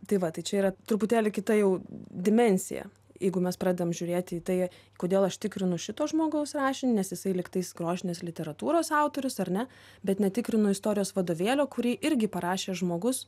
tai va tai čia yra truputėlį kita jau dimensija jeigu mes pradedam žiūrėti į tai kodėl aš tikrinu šito žmogaus rašinį nes jisai lygtais grožinės literatūros autorius ar ne bet netikrinu istorijos vadovėlio kurį irgi parašė žmogus